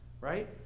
right